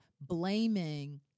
blaming